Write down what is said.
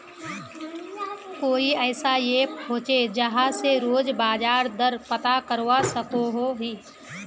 कोई ऐसा ऐप होचे जहा से रोज बाजार दर पता करवा सकोहो ही?